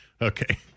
okay